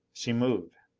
she moved.